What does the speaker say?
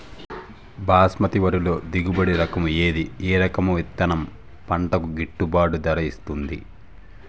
బాస్మతి వరిలో దిగుబడి రకము ఏది ఏ రకము విత్తనం పంటకు గిట్టుబాటు ధర ఇస్తుంది